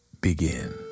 begin